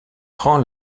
prend